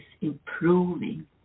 improving